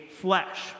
flesh